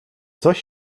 coś